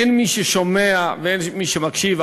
אין מי ששומע ואין מי שמקשיב.